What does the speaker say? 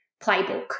playbook